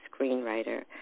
screenwriter